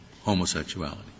homosexuality